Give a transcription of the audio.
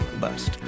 Bust